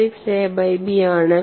6 A by B ആണ്